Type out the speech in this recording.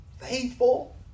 faithful